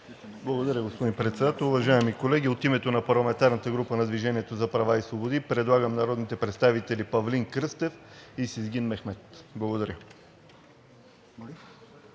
Благодаря, господин Председател. Уважаеми колеги, от името на парламентарната група на „Движение за права и свободи“ предлагаме народните представители Павлин Кръстев и Сезгин Мехмед. Благодаря.